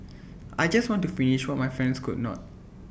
I just want to finish what my friends could not